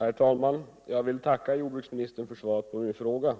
Herr talman! Jag vill tacka jordbruksministern för svaret på min fråga.